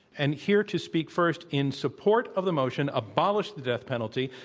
and here to speak first in support of the motion, abolish the death penalty,